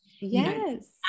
yes